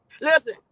listen